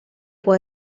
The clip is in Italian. può